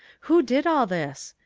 who did all this?